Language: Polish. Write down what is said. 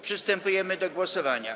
Przystępujemy do głosowania.